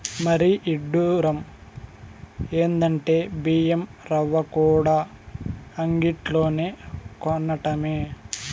మరీ ఇడ్డురం ఎందంటే బియ్యం రవ్వకూడా అంగిల్లోనే కొనటమే